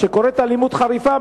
כשקורית אלימות חריפה,